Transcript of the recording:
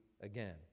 again